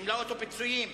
סעיף 10,